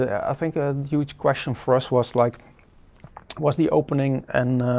i think the huge question for us was like what's the opening and